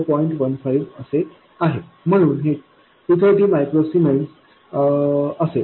15 असे आहे म्हणून हे 230 मायक्रो सीमेन्स असेल